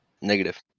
Negative